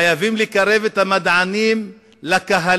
חייבים לקרב את המדענים לקהלים,